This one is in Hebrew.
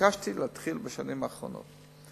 וביקשתי להתחיל בשנים האחרונות.